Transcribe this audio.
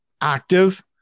active